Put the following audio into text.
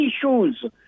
issues